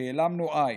כי העלמנו עין.